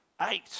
eight